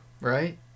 right